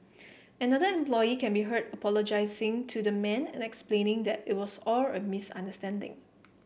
another employee can be heard apologising to the man and explaining that it was all a misunderstanding